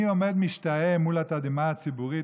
אני עומד משתאה מול התדהמה הציבורית,